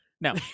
No